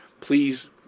please